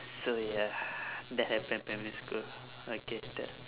so ya that happened in primary school okay done